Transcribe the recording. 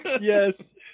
Yes